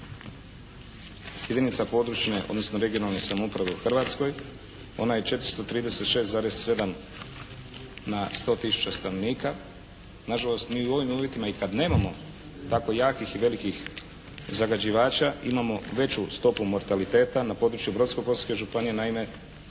jedinica područne, odnosno regionalne samouprave u Hrvatskoj. Ona je 436,7 na 100 tisuća stanovnika. Nažalost mi u ovim uvjetima i kad nemamo tako jakih i velikih zagađivača imamo veću stopu mortaliteta. Na području Brodsko-posavske županije naime ta